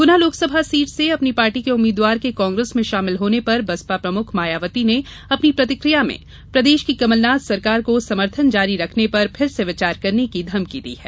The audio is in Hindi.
गुना लोक सभा सीट से अपनी पार्टी के उम्मीदवार के कांग्रेस में शामिल होने पर बसपा प्रमुख मायावती ने अपनी प्रतिक्रिया में प्रदेश की कमलनाथ सरकार को समर्थन जारी रखने पर फिर से विचार करने की धमकी दी है